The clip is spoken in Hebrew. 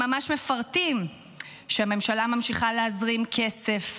הם ממש מפרטים שהממשלה ממשיכה להזרים כסף